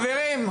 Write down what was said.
חברים,